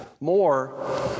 more